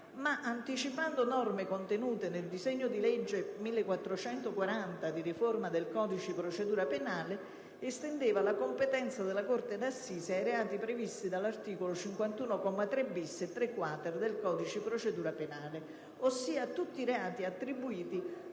ma, anticipando norme contenute nel disegno di legge n. 1440 di riforma del codice di procedura penale, estendeva la competenza della corte d'assise ai reati previsti dall'articolo 51, commi 3-*bis* e 3-*quater*, del codice di procedura penale, ossia a tutti i reati attribuiti